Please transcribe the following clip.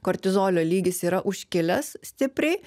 kortizolio lygis yra užkilęs stipriai